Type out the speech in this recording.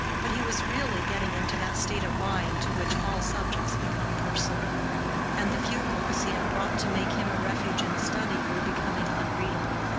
but he was really getting into that state of mind to which all subjects become personal and the few books he had brought to make him a refuge in study were becoming unreadable,